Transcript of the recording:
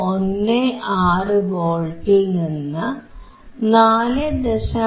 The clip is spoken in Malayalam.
16 വോൾട്ടിൽനിന്ന് 4